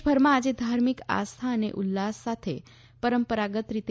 દેશભરમાં આજે ધાર્મિક આસ્થા અને ઉલ્લાસ સાથે પરંપરાગત રીતે